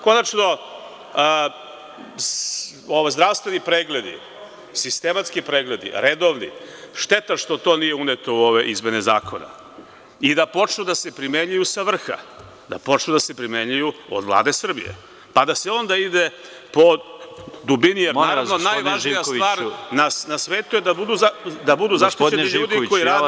Konačno, zdravstveni pregledi, sistematski pregledi, redovni, šteta što to nije uneto u ove izmene zakona i da počnu da se primenjuju sa vrha, da počnu da se primenjuju od Vlade Srbije, pa da se onda ide po dubini, jer, naravno, najvažnija stvar na svetu je da budu zaštićeni ljudi koji rade…